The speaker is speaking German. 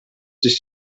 sich